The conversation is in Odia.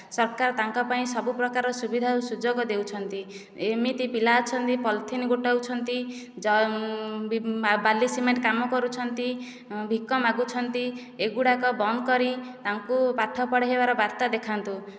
ସରକାର ତାଙ୍କ ପାଇଁ ସବୁପ୍ରକାର ସୁବିଧା ଓ ସୁଯୋଗ ଦେଉଛନ୍ତି ଏମିତି ପିଲା ଅଛନ୍ତି ପଲଥିନ୍ ଗୋଟାଉଛନ୍ତି ଯ ବି ବାଲି ସିମେଣ୍ଟ୍ କାମ କରୁଛନ୍ତି ଭିକ ମାଗୁଛନ୍ତି ଏଗୁଡ଼ାକ ବନ୍ଦ କରି ତାଙ୍କୁ ପାଠ ପଢେ଼ଇବାର ବାର୍ତ୍ତା ଦେଖାନ୍ତୁ